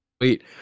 Wait